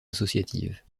associative